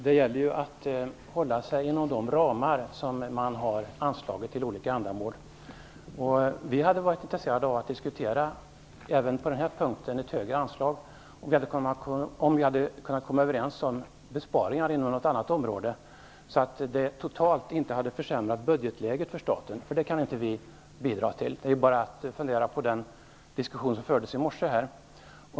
Herr talman! Det gäller att hålla sig inom de ramar som man har anslagit till olika ändamål. Vi hade varit intresserade av att även på denna punkt diskutera ett högre anslag om vi hade kunnat komma överens om besparingar inom något annat område så att det totalt inte hade försämrat budgetläget för staten. Det kan vi inte bidra till. Det är bara att fundera på den diskussion som fördes i morse.